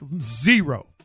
zero